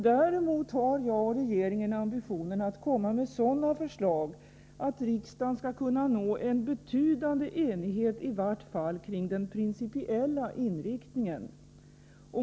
Däremot har jag och regeringen ambitionen att komma med sådana förslag att riksdagen skall kunna nå en betydande enighet i vart fall om den principiella inriktningen.